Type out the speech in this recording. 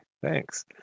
Thanks